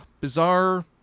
bizarre